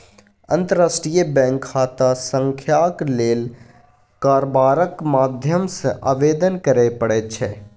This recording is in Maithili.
अंतर्राष्ट्रीय बैंक खाता संख्याक लेल कारबारक माध्यम सँ आवेदन करय पड़ैत छै